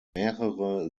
mehrere